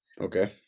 Okay